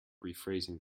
rephrasing